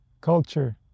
culture